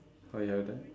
oh you have that